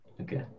Okay